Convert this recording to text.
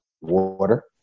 water